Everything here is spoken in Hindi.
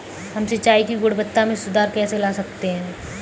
हम सिंचाई की गुणवत्ता में सुधार कैसे ला सकते हैं?